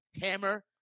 hammer